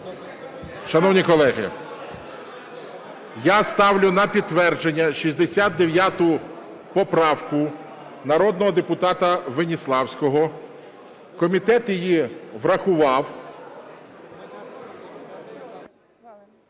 Шановні колеги! Я ставлю на підтвердження 69 поправку, народного депутата Веніславського. Комітет її врахував.